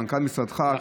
מנכ"ל משרדך,